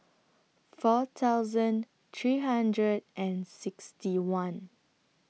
four thousand three hundred and sixty one